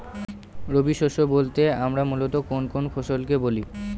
রবি শস্য বলতে আমরা মূলত কোন কোন ফসল কে বলি?